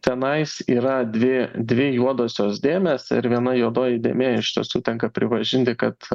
tenais yra dvi dvi juodosios dėmės ir viena juodoji dėmė iš tiesų tenka pripažinti kad